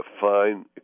fine